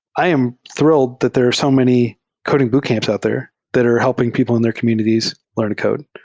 i am thri lled that there are so many coding boot camps out there that are helping people in their communities learn to code.